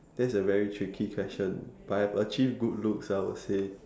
that's a very tricky question but I have achieved good looks I would say